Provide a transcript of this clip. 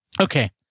okay